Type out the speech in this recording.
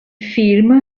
film